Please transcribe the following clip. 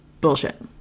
bullshit